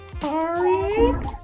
sorry